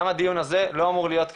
גם הדיון הזה לא אמור להיות ככה.